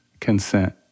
consent